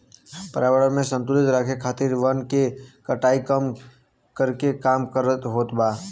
पर्यावरण में संतुलन राखे खातिर वन के कटाई कम करके काम होत बा